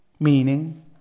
Meaning